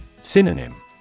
Synonym